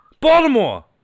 Baltimore